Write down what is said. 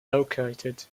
located